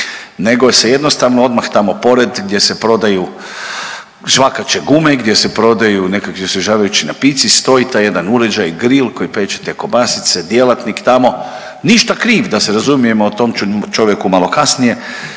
nego se jednostavno odmah tamo pored gdje se prodaju žvakače gume, gdje se prodaju nekakvi osvježavajući napici stoji taj jedan uređaj grill koji peče te kobasice, djelatnik tamo ništa kriv da se razumijemo o tom ću čovjeku malo kasnije,